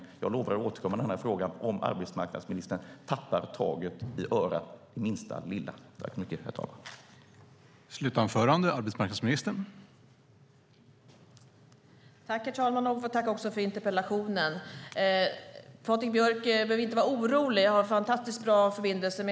Men jag lovar att återkomma i frågan om arbetsmarknadsministern det minsta lilla tappar detta med att ta i örat.